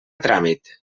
tràmit